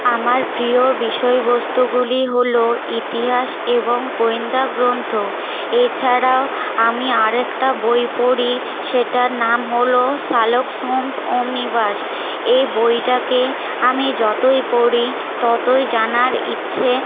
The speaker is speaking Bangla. আমার প্রিয় বিষয়বস্তুগুলি হল ইতিহাস এবং গোয়েন্দা গ্রন্থ এছাড়াও আমি আরেকটা বই পড়ি সেটার নাম হল শার্লক হোমস অমনিবাস এই বইটাকে আমি যতই পড়ি ততই জানার ইচ্ছে